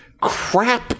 crap